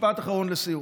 משפט אחרון לסיום,